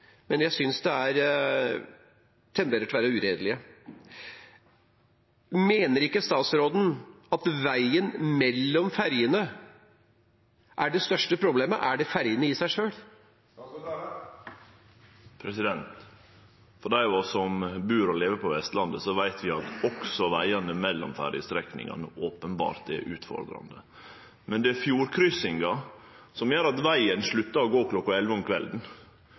tenderer til å være uredelig. Mener ikke statsråden at veien mellom fergene er det største problemet – eller er det fergene i seg selv? Dei av oss som bur og lever på Vestlandet, veit at også vegane mellom ferjestrekningane openbert er utfordrande. Men det er fjordkryssinga som gjer at vegen stoppar klokka elleve om kvelden,